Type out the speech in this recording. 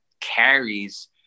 carries